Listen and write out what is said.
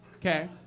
Okay